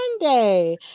Monday